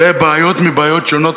לבעיות מבעיות שונות,